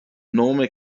nome